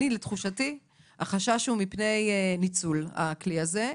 אני לתחושתי, החשש הוא מפני ניצול בכלי הזה.